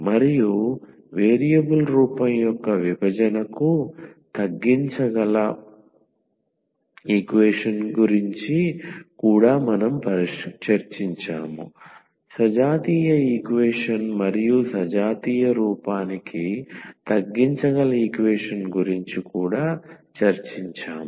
మరియు వేరియబుల్ రూపం యొక్క విభజనకు తగ్గించగల ఈక్వేషన్ గురించి కూడా మనం చర్చించాము సజాతీయ ఈక్వేషన్ మరియు సజాతీయ రూపానికి తగ్గించగల ఈక్వేషన్ గురించి కూడా చర్చించాము